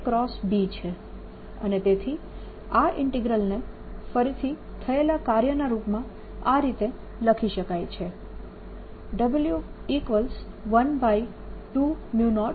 છે અને તેથી આ ઈન્ટીગ્રલને ફરીથી થયેલા કાર્યના રૂપમાં આ રીતે લખી શકાય છે W120dr B